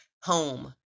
home